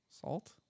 salt